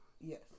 Yes